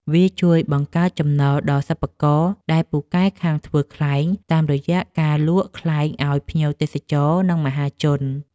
វាជួយបង្កើតចំណូលដល់សិប្បករដែលពូកែខាងធ្វើខ្លែង តាមរយៈការលក់ខ្លែងឱ្យភ្ញៀវទេសចរ និងមហាជន។